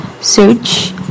search